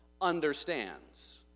understands